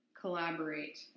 collaborate